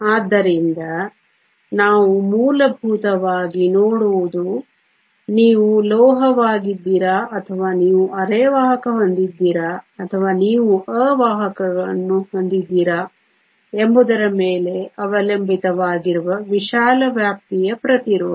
ಆದ್ದರಿಂದ ನಾವು ಮೂಲಭೂತವಾಗಿ ನೋಡುವುದು ನೀವು ಲೋಹವಾಗಿದ್ದೀರಾ ಅಥವಾ ನೀವು ಅರೆವಾಹಕ ಹೊಂದಿದ್ದೀರಾ ಅಥವಾ ನೀವು ಅವಾಹಕವನ್ನು ಹೊಂದಿದ್ದೀರಾ ಎಂಬುದರ ಮೇಲೆ ಅವಲಂಬಿತವಾಗಿರುವ ವಿಶಾಲ ವ್ಯಾಪ್ತಿಯ ಪ್ರತಿರೋಧ